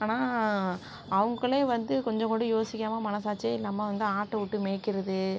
ஆனால் அவங்குளே வந்து கொஞ்சம் கூட யோசிக்காமல் மனசாட்சியே இல்லாமல் வந்து ஆட்டை விட்டு மேய்க்கிறது